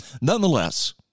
Nonetheless